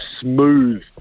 smooth